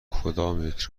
کدامیک